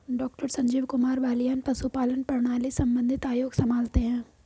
doctor Sanjeev Kumar Baliyan पशुपालन प्रणाली संबंधित आयोग संभालते हैं